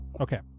Okay